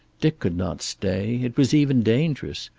dick could not stay. it was even dangerous.